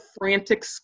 frantic